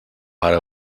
pare